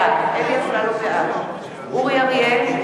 בעד אורי אריאל,